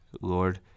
Lord